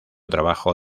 trabajo